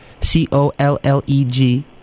C-O-L-L-E-G